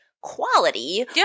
quality